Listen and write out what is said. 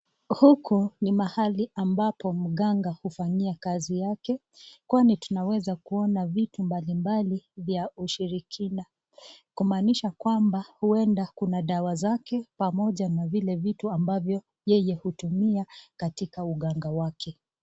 Huku ni mahali ambapo mganga hufanyia kazi yake kwani tunaweza kuona vitu mbalimbali vya ushirikina, kumaanisha kwamba huenda kuna dawa zake pamoja na vile vitu yeye hutumia katika uganga wake.